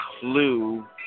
Clue